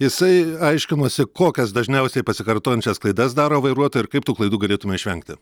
jisai aiškinosi kokias dažniausiai pasikartojančias klaidas daro vairuotojai ir kaip tų klaidų galėtume išvengti